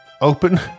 open